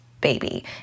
baby